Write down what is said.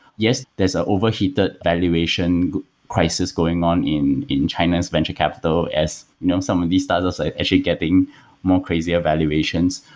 yes, there's ah overheated valuation crisis going on in in china's venture capital as you know some of these startups area ah actually getting more crazier valuations.